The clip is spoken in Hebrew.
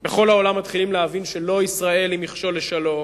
בכל העולם מתחילים להבין שלא ישראל היא מכשול לשלום,